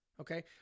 okay